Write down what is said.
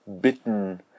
bitten